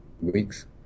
weeks